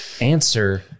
Answer